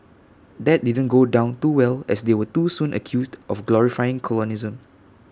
that didn't go down too well as they were too soon accused of glorifying colonialism